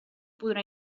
podrà